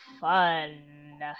fun